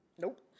Nope